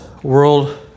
world